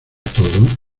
todo